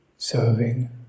Serving